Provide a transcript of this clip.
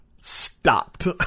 stopped